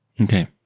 Okay